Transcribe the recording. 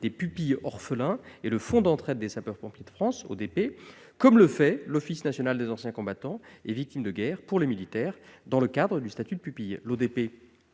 des pupilles orphelins et Fonds d'entraide des sapeurs-pompiers de France, l'ODP, comme le fait l'Office national des anciens combattants et victimes de guerre pour les militaires, dans le cadre du statut de pupille. L'ODP